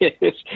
Yes